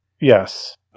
Yes